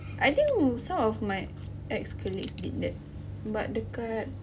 I think some of my ex colleagues did that but dekat